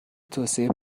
توسعه